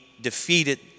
defeated